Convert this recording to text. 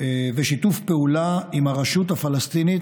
ושיתוף פעולה עם הרשות הפלסטינית,